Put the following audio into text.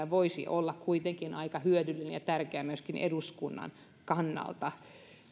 voisi olla kuitenkin aika hyödyllinen ja tärkeä myöskin eduskunnan kannalta